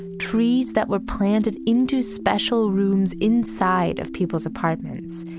trees that were planted into special rooms inside of people's apartments,